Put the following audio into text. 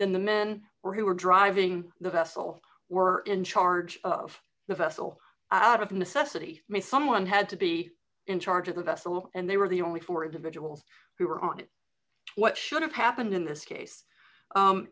then the men were who were driving the vessel were in charge of the vessel out of necessity someone had to be in charge of the vessel and they were the only four individuals who were on it what should have happened in this case